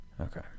Okay